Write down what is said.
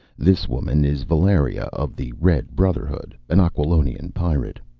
this woman is valeria of the red brotherhood, an aquilonian pirate.